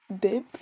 dip